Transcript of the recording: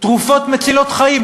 תרופות מצילות חיים,